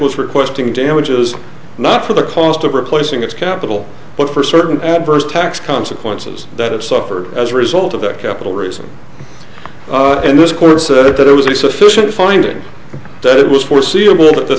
was requesting damages not for the cost of replacing its capital but for certain adverse tax consequences that have suffered as a result of that capital raising and this court said that it was a sufficient finding that it was foreseeable that the